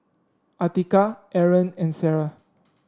Atiqah Aaron and Sarah